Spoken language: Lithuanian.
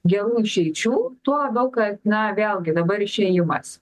gerų išeičių tuo labiau na vėlgi dabar išėjimas